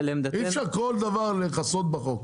אי אפשר כל דבר לכסות בחוק.